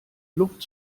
luft